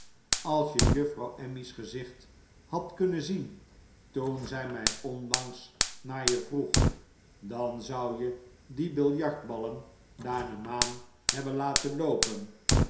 als je juffrouw emmy's gezicht had kunnen zien toen zij mij onlangs naar je vroeg dan zou je die biljart ballen naar de maan hebben laten loopen